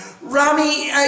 Rami